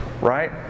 Right